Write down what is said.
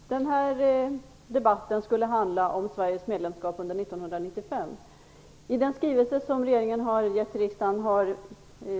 Fru talman! Den här debatten skulle handla om Sveriges medlemskap under 1995. I den skrivelse som regeringen har gett riksdagen har